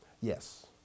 Yes